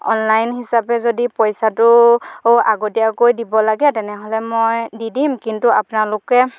online হিচাপে যদি পইচাটো আগতীয়াকৈ দিব লাগে তেনেহ'লে মই দি দিম কিন্তু আপোনালোকে